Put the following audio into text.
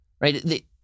right